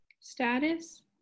status